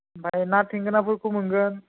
ओमफ्राय ना थेंगोनाफोरखौ मोनगोन